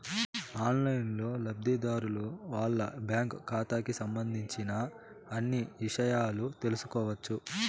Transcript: ఆన్లైన్లోనే లబ్ధిదారులు వాళ్ళ బ్యాంకు ఖాతాకి సంబంధించిన అన్ని ఇషయాలు తెలుసుకోవచ్చు